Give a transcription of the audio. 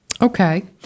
Okay